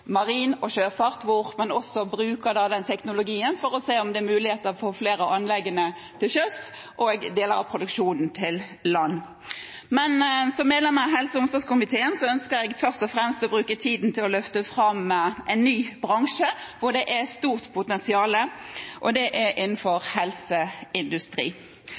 marin næring og sjøfart – hvor man da bruker den teknologien for å se på om det er muligheter for å få flere av anleggene til sjøs og deler av produksjonen til land. Men som medlem av helse- og omsorgskomiteen ønsker jeg først og fremst å bruke tiden til å løfte fram en ny bransje hvor det er et stort potensial, og det er innenfor helseindustri.